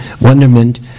wonderment